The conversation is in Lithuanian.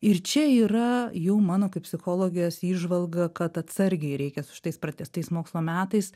ir čia yra jau mano kaip psichologės įžvalga kad atsargiai reikia su šitais pratęstais mokslo metais